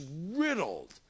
riddled